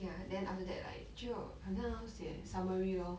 ya then after that like 就好像要写 summary lor